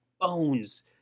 bones